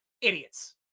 Idiots